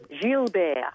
Gilbert